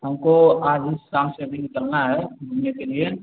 हमको आज ही साम से अभी निकलना है घूमने के लिए